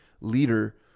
leader